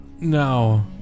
No